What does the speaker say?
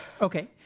Okay